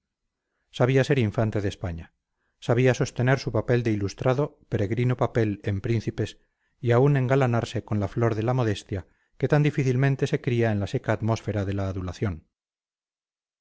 sabía ser infante de españa sabía sostener su papel de ilustrado peregrino papel en príncipes y aun engalanarse con la flor de la modestia que tan difícilmente se cría en la seca atmósfera de la adulación